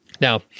Now